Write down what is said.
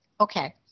Okay